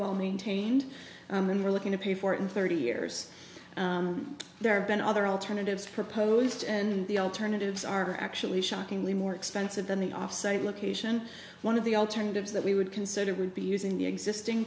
well maintained and are looking to pay for it in thirty years there have been other alternatives proposed and the alternatives are actually shockingly more expensive than the off site location one of the alternatives that we would consider would be using the existing